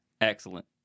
Excellent